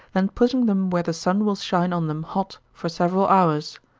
then putting them where the sun will shine on them hot, for several hours.